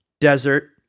desert